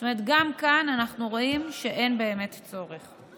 זאת אומרת, גם כאן אנחנו רואים שאין באמת צורך.